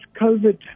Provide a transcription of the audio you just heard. COVID